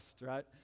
right